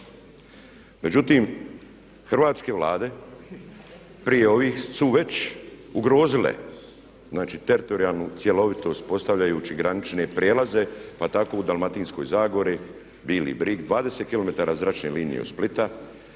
Međutim, hrvatske vlade prije ovih su već ugrozile, znači teritorijalnu cjelovitost postavljajući granične prijelaze pa tako u Dalmatinskoj zagori, Bili brig, 20 km zračne linije od Splita,